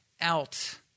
out